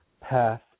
path